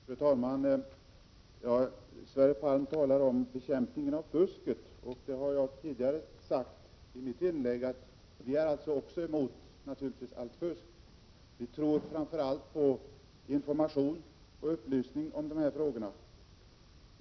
Fru talman! Sverre Palm talar om bekämpningen av fusket. I mitt huvudanförande sade jag att också vi är emot allt fusk. Vi tror framför allt på 65 information och upplysning i dessa frågor.